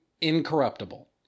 incorruptible